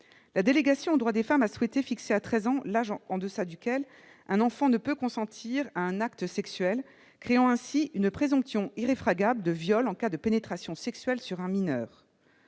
La délégation aux droits des femmes a souhaité fixer à treize ans l'âge en deçà duquel un enfant ne peut consentir à un acte sexuel. Elle a ainsi créé une présomption irréfragable de viol en cas de pénétration sexuelle sur un mineur.